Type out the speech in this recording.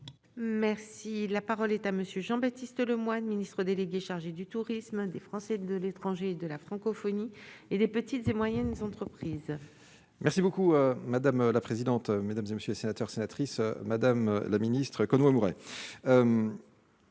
Merci, la parole est à monsieur Jean-Baptiste Lemoyne Ministre délégué chargé du tourisme, des Français de l'étranger de la francophonie et des petites et moyennes entreprises. Merci beaucoup, madame la présidente, mesdames et messieurs les sénateurs, sénatrice, madame la ministre Conway Mouret